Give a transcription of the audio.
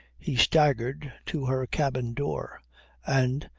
he staggered to her cabin-door, and,